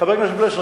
חבר הכנסת פלסנר,